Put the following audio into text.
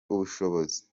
ubushobozi